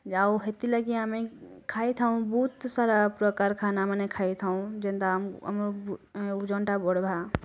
ଯା ହଉ ହେତି ଲାଗି ଆମେ ଖାଇଥାଉଁ ବହୁତ୍ ସାରା ପ୍ରକାର୍ ଖାନାମାନେ ଖାଇଥାଉଁ ଯେନତା ଆମେ ଆମର୍ ଓଜନ୍ ଟା ବଢ଼୍ବା